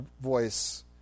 voice